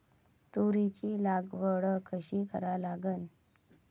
तुरीची लागवड कशी करा लागन?